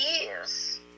years